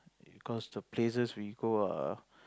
cause the places we go are